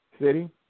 City